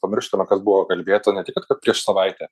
pamirštame kad buvo kalbėta ne tik kad prieš savaitę